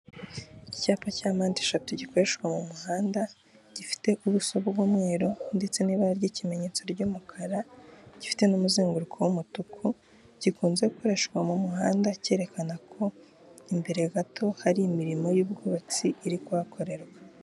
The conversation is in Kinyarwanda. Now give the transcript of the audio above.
Icyapa cya mpande eshatu gikoreshwa mu muhanda gifite ubuso bw'umweru ndetse n'ibara ry'ikimenyetso ry'umukara gifite n'umuzenguruko w'umutuku, gikunze gukoreshwa mu muhanda cyerekana ko imbere gato hari imirimo y'ubwubatsi iri kuhakorerwa.